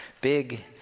big